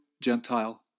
Gentile